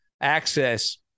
access